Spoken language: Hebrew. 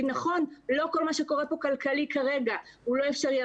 שלא כל מה שקורה פה כלכלי כרגע לא אפשרי.